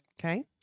Okay